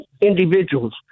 individuals